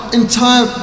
entire